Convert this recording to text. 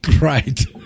Right